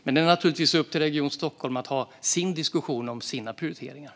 Men det är naturligtvis upp till Region Stockholm att ha sin egen diskussion om de egna prioriteringarna.